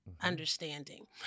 understanding